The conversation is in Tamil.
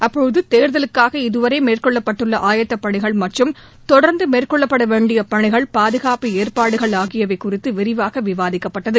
அப்போது தேர்தலுக்காக இதுவரை மேற்கொள்ளப்பட்டுள்ள ஆயத்தப் பணிகள் மற்றும் தொடர்ந்து வேண்டிய பணிகள் பாதுகாப்பு ஏற்பாடுகள் ஆகியவை குறித்து விரிவாக மேற்கொள்ளப்பட விவாதிக்கப்பட்டது